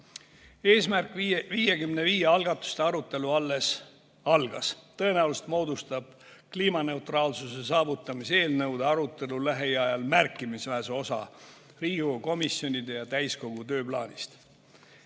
"Eesmärk 55" algatuste arutelu alles algas. Tõenäoliselt moodustab kliimaneutraalsuse saavutamise eelnõude arutelu lähiajal märkimisväärse osa Riigikogu komisjonide ja täiskogu tööplaanist.